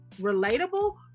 relatable